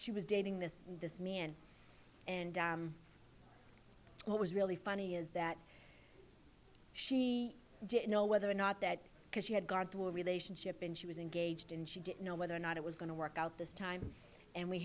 she was dating this this man and it was really funny is that she didn't know whether or not that because she had gone through a relationship and she was engaged and she didn't know whether or not it was going to work out this time and we